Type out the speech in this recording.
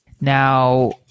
Now